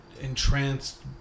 entranced